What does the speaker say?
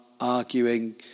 arguing